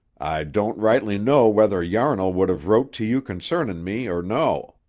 don't rightly know whether yarnall would have wrote to you concernin' me or no.